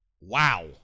Wow